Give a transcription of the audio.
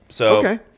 Okay